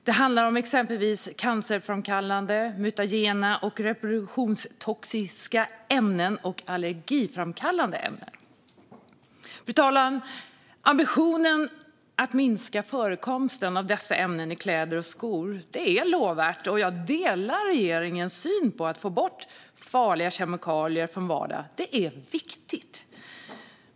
Det handlar om exempelvis cancerframkallande, mutagena och reproduktionstoxiska ämnen samt om allergiframkallande ämnen. Fru talman! Ambitionen att minska förekomsten av dessa ämnen i kläder och skor är lovvärd, och jag delar regeringens syn att det är viktigt att få bort farliga kemikalier från vår vardag.